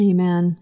Amen